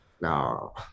No